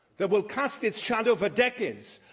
that will cast its shadow for decades,